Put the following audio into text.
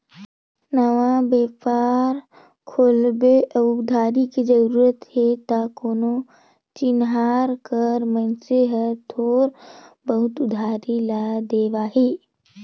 नवा बेपार खोलबे अउ उधारी के जरूरत हे त कोनो चिनहार कर मइनसे हर थोर बहुत उधारी ल देवाही